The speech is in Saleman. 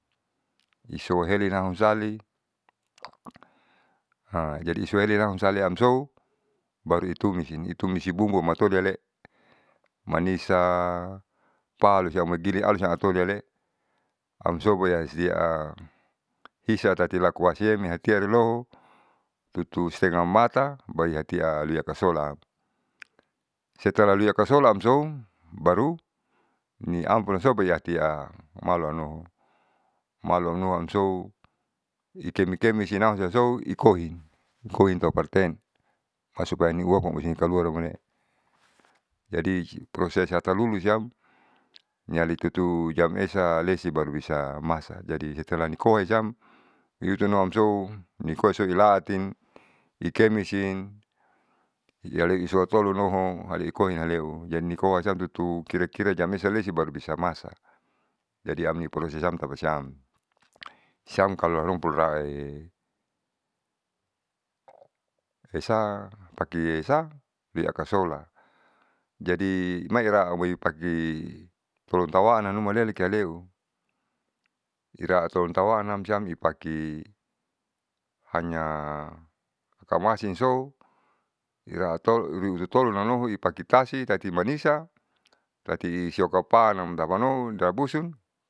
Isohelinamsali jadi isohelinamsaliamso baru itumisi itumisi bumbu matuale manisa, pala siamoi giling alus atoliale amso boansiam hisa tati lakuamsiem nehetiari loho tutu stengah mata baru latialiasolaam. Setalah liakasolaamsoum baru ni ampasamsoatiam malanoho malu amnua amsou ikem ikemsinam siamsou ikoin ikoin tau parten masuapanihua humusikaluar koinee. Jadi proses hatalulu siam niali tutu jam esa lesi baru bisa masa, jadi setelah niakoa siam lutunuamsou nikoa isiam nilaatin, ikemesin, ialesuatolono'o mari ikoa haleu, nikoa siam tutu kira kira jam esa lesi baru bisa masak. Jadi amni prosesam tapasiam siam kalo haruma esa tati esa niakasola jadi maiira amoi paki tolontauwan anumaale lekialeu ira'atountawanam siam ipaki hanya hakamasinsou iraatolu riusutolonamnuma ipaki tasi tati manisa tati siokapaan tapanoun rabusun.